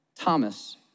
Thomas